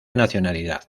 nacionalidad